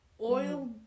oil